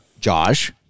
Josh